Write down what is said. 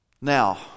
Now